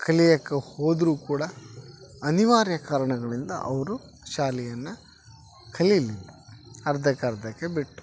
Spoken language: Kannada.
ಕಲಿಯಕೆ ಹೋದರು ಕೂಡ ಅನಿವಾರ್ಯ ಕಾರಣಗಳಿಂದ ಅವರು ಶಾಲೆಯನ್ನು ಕಲಿಲಿಲ್ಲ ಅರ್ಧಕ್ಕೆ ಅರ್ಧಕ್ಕೆ ಬಿಟ್ಟು